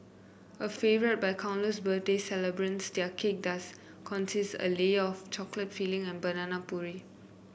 a favourite by countless birthday celebrants that cake does consist a layer of chocolate filling and banana puree